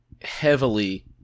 heavily